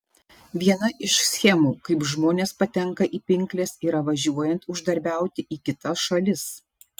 viena iš schemų kaip žmonės patenka į pinkles yra važiuojant uždarbiauti į kitas šalis